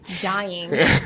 dying